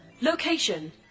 Location